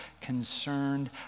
concerned